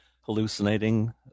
hallucinating